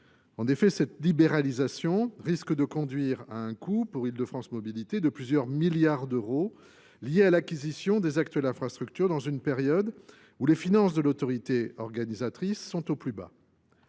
En effet, cette libéralisation risque de représenter pour Île de France Mobilités un coût de plusieurs milliards d’euros lié à l’acquisition des actuelles infrastructures dans une période où les finances de l’autorité organisatrice des mobilités